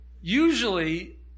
usually